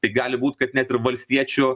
tai gali būt kad net ir valstiečių